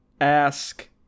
ask